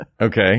Okay